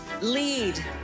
lead